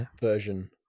version